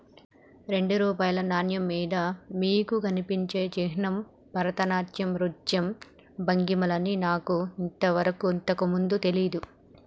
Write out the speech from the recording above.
రెండు రూపాయల నాణెం మీద మీకు కనిపించే చిహ్నాలు భరతనాట్యం నృత్య భంగిమలని నాకు ఇంతకు ముందు తెలియదు